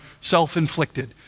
self-inflicted